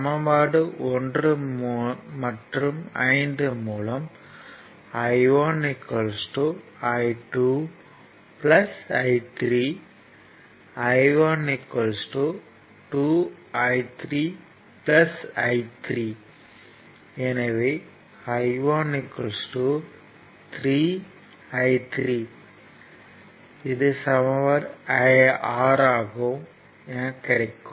சமன்பாடு 1 மற்றும் 5 மூலம் I1 I2 I3 I1 2 I3 I3 எனவே I1 3 I3 என கிடைக்கும்